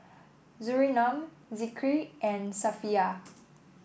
Surinam Zikri and Safiya